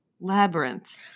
Labyrinth